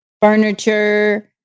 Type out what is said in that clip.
furniture